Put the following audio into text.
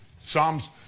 Psalms